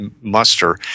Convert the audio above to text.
muster